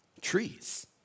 Trees